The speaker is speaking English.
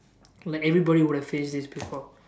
like everybody would have faced this before